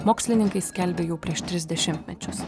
mokslininkai skelbė jau prieš tris dešimtmečius